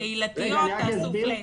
קהילתיות, תעשו flat.